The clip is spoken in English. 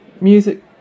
music